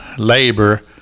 labor